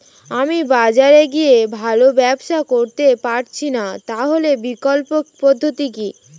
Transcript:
আমি বাজারে গিয়ে ভালো ব্যবসা করতে পারছি না তাহলে বিকল্প পদ্ধতি কি?